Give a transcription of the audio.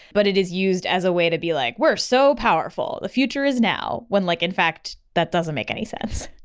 but it is used as a way to be like, we're so powerful! the future is now! when like in fact that doesn't make any sense.